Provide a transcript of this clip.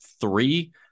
three